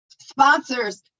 Sponsors